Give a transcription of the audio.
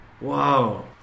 Wow